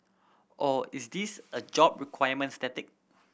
or is this a job requirement static